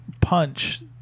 punch